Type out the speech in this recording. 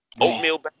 oatmeal